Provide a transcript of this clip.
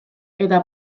eta